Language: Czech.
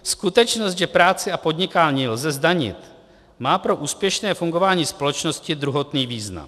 Skutečnost, že práci a podnikání lze zdanit, má pro úspěšné fungování společnosti druhotný význam.